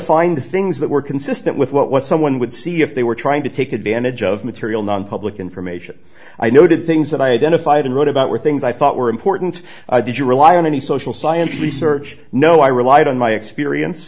find things that were consistent with what someone would see if they were trying to take advantage of material nonpublic information i noted things that i identified and wrote about were things i thought were important i did you rely on any social science research no i relied on my experience